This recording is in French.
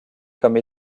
comme